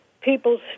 people's